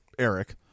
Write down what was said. eric